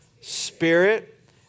spirit